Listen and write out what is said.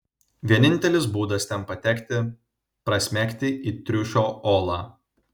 vienintelis būdas ten patekti prasmegti į triušio olą